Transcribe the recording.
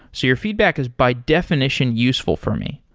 so your feedback is by definition useful for me.